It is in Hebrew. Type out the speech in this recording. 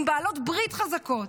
עם בעלות ברית חזקות.